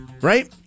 Right